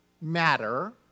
matter